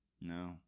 No